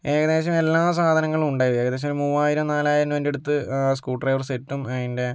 ഏകദേശം എല്ലാ സാധനങ്ങളും ഉണ്ട് ഏകദേശം മൂവായിരം നാലായിരം രൂപേൻ്റെ അടുത്ത് സ്ക്രൂ ഡ്രൈവർ സെറ്റും അതിൻ്റെ